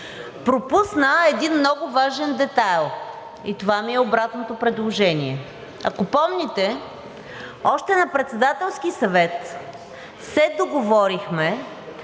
пропусна един много важен детайл и това е обратното ми предложение. Ако помните, още на Председателски съвет се договорихме